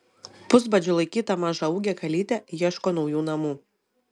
pusbadžiu laikyta mažaūgė kalytė ieško naujų namų